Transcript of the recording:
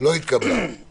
הצבעה הרוויזיה